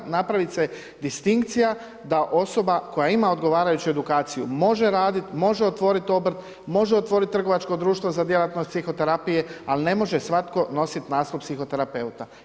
Mora napraviti se distinkcija da osoba koja ima odgovarajuću edukaciju, može raditi, može otvoriti obrt, može otvoriti trgovačko društvo za djelatnost psihoterapije, ali ne može svatko nositi naslov psihoterapeuta.